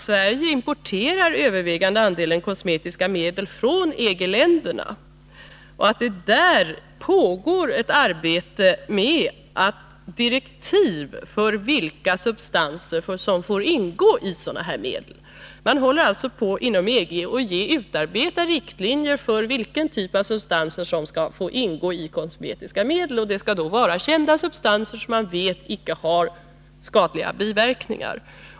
Sverige importerar den övervägande andelen kosmetiska medel från EG-länderna, och där pågår ett arbete med att utfärda direktiv för vilka substanser som får ingå i sådana medel. Man håller alltså inom EG på att utarbeta riktlinjer för vilken typ av substanser som skall få ingå i kosmetiska medel. Det skall vara kända substanser som man vet icke har skadliga biverkningar.